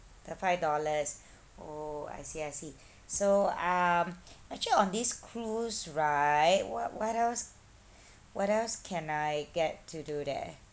the five dollars oh I see I see so um actually on this cruise right what what else what else can I get to do there